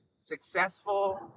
successful